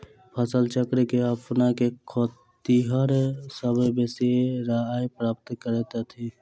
फसल चक्र के अपना क खेतिहर सभ बेसी आय प्राप्त करैत छथि